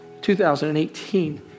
2018